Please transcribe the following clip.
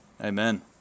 Amen